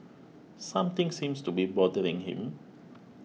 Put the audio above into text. something seems to be bothering him